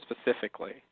specifically